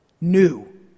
new